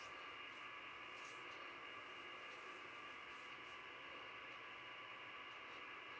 uh